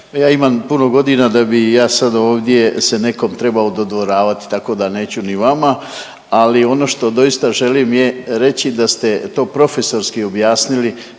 ja imam puno godina da bi ja sad ovdje se nekom trebao dodvoravati tako da neću ni vama. Ali ono što doista želim je reći da ste to profesorski objasnili